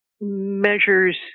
measures